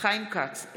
חיים כץ,